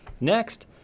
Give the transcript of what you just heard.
Next